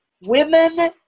women